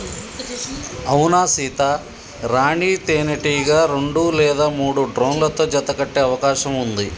అవునా సీత, రాణీ తేనెటీగ రెండు లేదా మూడు డ్రోన్లతో జత కట్టె అవకాశం ఉంది